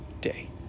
day